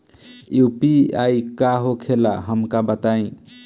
UPI का होखेला हमका बताई?